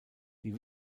die